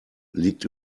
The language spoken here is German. liegt